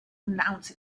announce